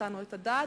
נתנו את הדעת.